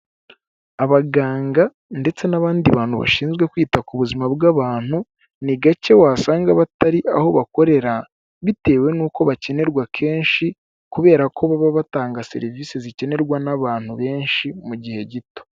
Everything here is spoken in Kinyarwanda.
Abaganga ndetse n'abandi bantu bashinzwe kwita ku buzima bw'abantu, ni gake wasanga batari aho bakorera. Bitewe n'uko bakenerwa kenshi kubera ko baba batanga serivisi zikenerwa n'abantu benshi mu gihe gito.